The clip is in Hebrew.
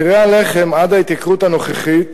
מחירי הלחם, עד ההתייקרות הנוכחית,